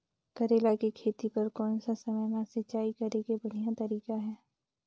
करेला के खेती बार कोन सा समय मां सिंचाई करे के बढ़िया तारीक हे?